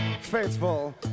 faithful